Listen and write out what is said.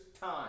time